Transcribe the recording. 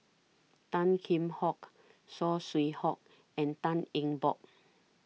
Tan Kheam Hock Saw Swee Hock and Tan Eng Bock